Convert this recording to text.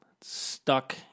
stuck